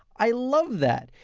i love that!